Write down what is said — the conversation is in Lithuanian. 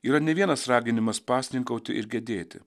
yra ne vienas raginimas pasninkauti ir gedėti